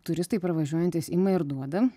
turistai pravažiuojantys ima ir duoda